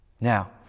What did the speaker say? Now